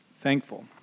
thankful